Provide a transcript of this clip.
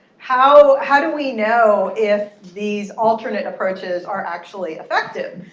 how how do we know if these alternate approaches are actually effective?